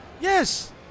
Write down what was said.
Yes